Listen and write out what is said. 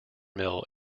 mill